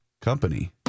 company